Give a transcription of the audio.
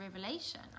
revelation